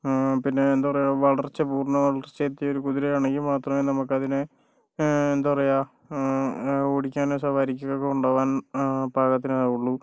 പിന്നെ എന്താ പറയുക വളർച്ച പൂർണ്ണ വളർച്ച എത്തിയ ഒരു കുതിരയാണ് ആണെങ്കിൽ മാത്രമേ നമുക്കതിനെ എന്താ പറയുക ഓടിക്കാനും സവാരിക്കൊക്കെ കൊണ്ടുപോകാൻ പാകത്തിനാകൊളളൂ